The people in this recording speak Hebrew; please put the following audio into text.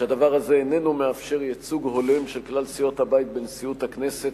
שהדבר הזה איננו מאפשר ייצוג הולם של כלל סיעות הבית בנשיאות הכנסת,